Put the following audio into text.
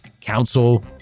council